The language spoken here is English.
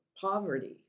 poverty